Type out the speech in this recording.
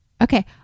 Okay